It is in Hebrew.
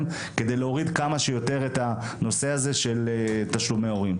- כדי להוריד כמה שיותר את הנושא הזה של תשלומי הורים.